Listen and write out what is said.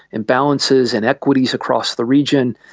imbalances, inequities across the region.